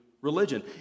religion